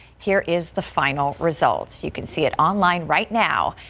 here is the final results you can see it online right now.